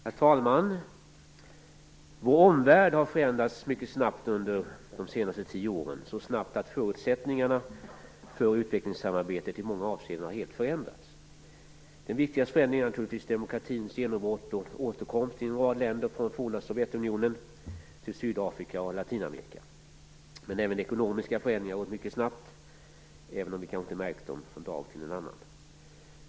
Herr talman! Vår omvärld har förändrats mycket snabbt under de senaste tio åren, så snabbt att förutsättningarna för utvecklingssamarbetet i många avseenden helt förändrats. Den viktigaste förändringen är naturligtvis demokratins genombrott och återkomst i en rad länder från det forna Sovjetunionen, i Sydafrika och i Latinamerika. Också de ekonomiska förändringarna har gått mycket snabbt, även om vi kanske inte märkt det från dag till annan.